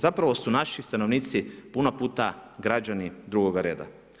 Zapravo su naši stanovnici puno puta građani drugoga reda.